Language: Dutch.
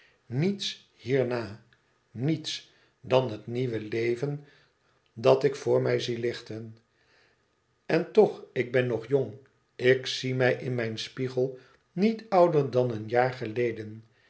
niets hierna niets dan het nieuwe leven dat ik voor mij zie lichten en toch ik ben nog jong ik zie mij in mijn spiegel niet ouder dan een jaar geleden